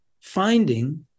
finding